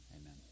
Amen